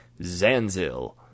Zanzil